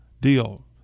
deal